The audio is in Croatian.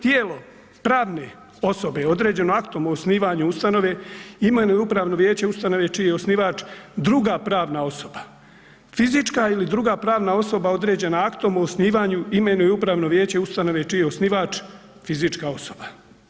Tijelo pravne osobe je određeno aktom o osnivanju ustanove imenuje upravno vijeće ustanove čiji je osnivač druga pravan osoba fizička ili druga pravna osoba određena aktom o osnivanju imenuje upravno vijeće ustanove čiji je osnivač fizička osoba.